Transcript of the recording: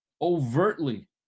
overtly